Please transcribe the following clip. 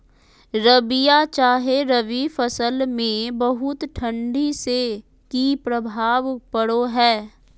रबिया चाहे रवि फसल में बहुत ठंडी से की प्रभाव पड़ो है?